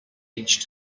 each